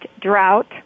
drought